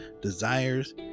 desires